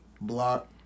block